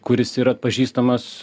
kuris yra pažįstamas